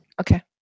Okay